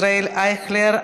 ישראל אייכלר,